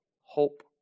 hope